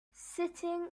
sitting